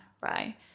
Right